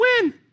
win